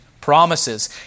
promises